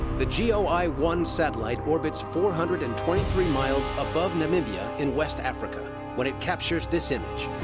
the geoeye one satellite orbits four hundred and twenty three miles above namibia in west africa when it captures this image.